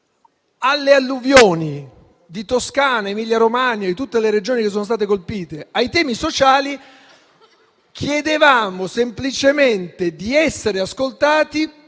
alle alluvioni di Toscana, Emilia Romagna e di tutte le Regioni che sono state colpite, ai temi sociali, chiedevamo semplicemente di essere ascoltati